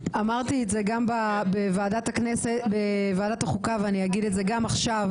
אמרתי את זה גם בוועדת החוקה ואני אגיד את זה גם עכשיו.